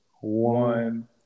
one